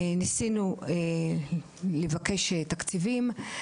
ניסינו לבקש תקציבים,